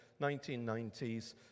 1990s